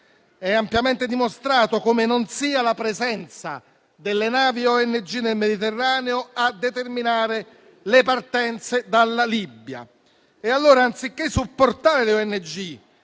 è ampiamente dimostrato come non sia la presenza delle navi delle ONG nel Mediterraneo a determinare le partenze dalla Libia. Allora, anziché supportare le ONG,